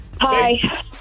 Hi